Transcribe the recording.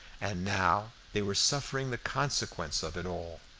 and now they were suffering the consequence of it all,